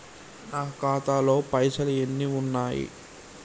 నా ఖాతాలో పైసలు ఎన్ని ఉన్నాయి?